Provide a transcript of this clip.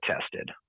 tested